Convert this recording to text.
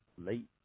late